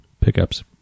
pickups